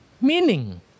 meaning